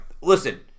listen